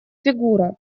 фигура